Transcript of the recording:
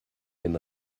den